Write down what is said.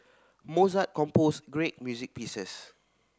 Mozart composed great music pieces